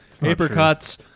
apricots